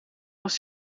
was